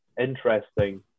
interesting